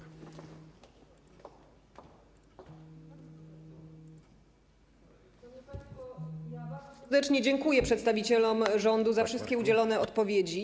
Bardzo serdecznie dziękuję przedstawicielom rządu za wszystkie udzielone odpowiedzi.